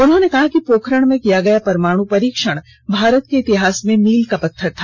उन्होंने कहा कि पोखरण में किया गया परमाणु परीक्षण भारत के इतिहास में मील का पत्थर था